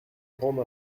grande